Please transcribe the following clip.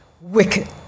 wicked